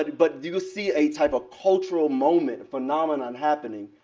but you see a type of cultural moment phenomenon happening,